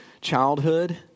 childhood